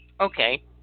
Okay